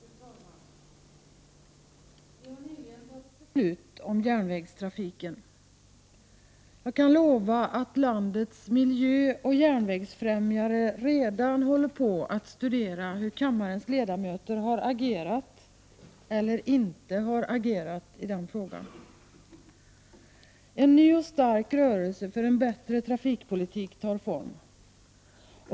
Fru talman! Vi har nyligen fattat beslut om järnvägstrafiken. Jag kan lova att landets miljöoch järnvägsfrämjare redan håller på att studera hur kammarens ledamöter har agerat eller inte har agerat i den frågan. En ny och stark rörelse för en bättre trafikpolitik tar form.